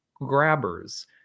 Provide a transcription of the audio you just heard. grabbers